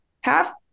half